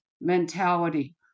mentality